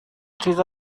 چیز